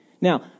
Now